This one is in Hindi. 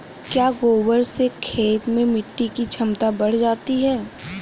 क्या गोबर से खेत में मिटी की क्षमता बढ़ जाती है?